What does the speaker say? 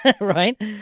right